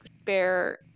spare